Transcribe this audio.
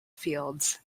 fields